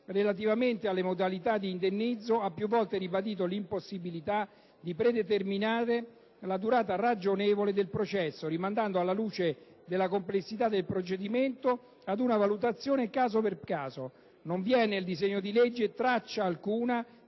relativamente alle modalità di indennizzo, ha più volte ribadito l'impossibilità di predeterminare la durata ragionevole del processo, rimandando, alla luce della complessità del procedimento, ad una valutazione caso per caso. Non vi è nel disegno di legge in esame traccia alcuna